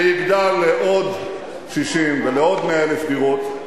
זה יגדל לעוד 60,000 ולעוד 100,000 דירות.